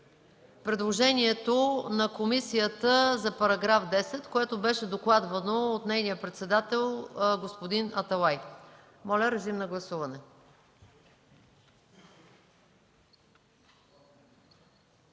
предложението на комисията за § 10, което беше докладвано от нейния председател господин Аталай. Моля, режим на гласуване.